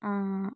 ആ